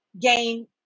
game